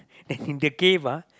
as in the cave ah